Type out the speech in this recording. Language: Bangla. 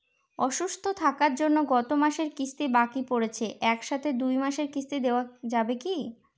অসুস্থ থাকার জন্য গত মাসের কিস্তি বাকি পরেছে এক সাথে দুই মাসের কিস্তি দেওয়া যাবে কি?